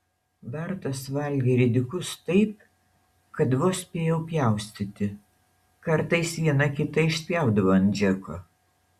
bartas valgė ridikus taip kad vos spėjau pjaustyti kartais vieną kitą išspjaudavo ant džeko